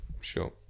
sure